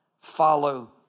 follow